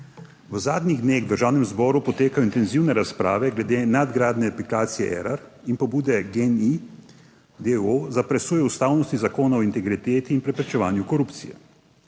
V zadnjih dneh v Državnem zboru potekajo intenzivne razprave glede nadgradnje aplikacije Erar in pobude GEN-I d. o. o. za presojo ustavnosti Zakona o integriteti in preprečevanju korupcije.